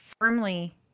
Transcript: firmly